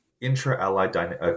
intra-allied